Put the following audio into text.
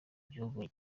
gihugu